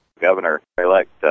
Governor-elect